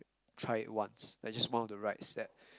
try it once like just one of the rides that